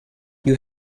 you